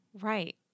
Right